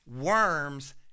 Worms